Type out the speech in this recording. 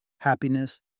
happiness